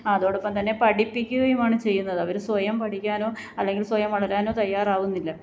അതോടൊപ്പം തന്നെ പഠിപ്പിക്കുകയുമാണ് ചെയ്യുന്നത് അവര് സ്വയം പഠിക്കാനോ അല്ലെങ്കിൽ സ്വയം വളരാനോ തയ്യാറാവുന്നില്ല